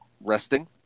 resting